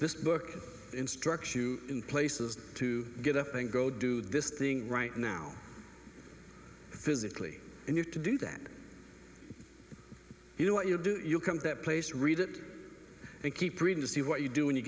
this book instruction in places to get up and go do this thing right now physically and you have to do that you know what you do you come to that place read it and keep reading to see what you do when you